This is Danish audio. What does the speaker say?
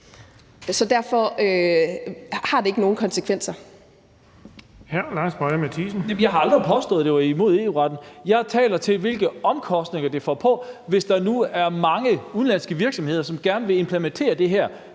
Boje Mathiesen (UFG): Jeg har aldrig påstået, at det var imod EU-retten. Jeg taler om, hvilke omkostninger det vil få, hvis der nu er mange udenlandske virksomheder, der gerne vil implementere det her